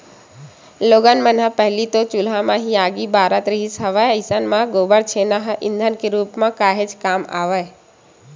लोगन मन ह पहिली तो चूल्हा म ही आगी बारत रिहिस हवय अइसन म गोबर छेना ह ईधन के रुप म काहेच काम आवय